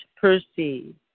perceive